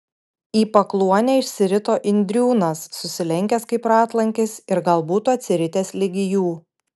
į pakluonę išsirito indriūnas susilenkęs kaip ratlankis ir gal būtų atsiritęs ligi jų